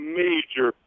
major